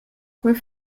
quei